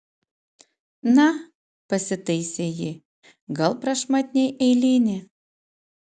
na pasitaisė ji gal prašmatniai eilinė